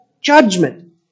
judgment